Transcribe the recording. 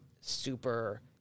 super